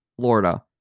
florida